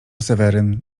seweryn